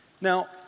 Now